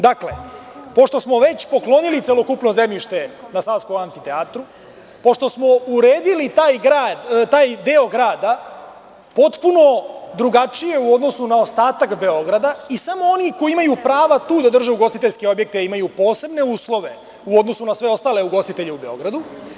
Dakle, pošto smo već poklonili celokupno zemljište na Savskom amfiteatru, pošto smo uredili taj deo grada, potpuno drugačije u odnosu na ostatak Beograda i samo oni koji imaju prava tu da drže ugostiteljske objekte imaju posebne uslove, u odnosu na sve ostale ugostitelje u Beogradu.